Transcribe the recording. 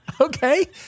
Okay